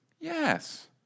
Yes